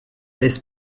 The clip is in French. laisse